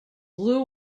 blue